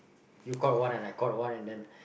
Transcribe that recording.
you caught one and I caught one and then